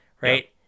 Right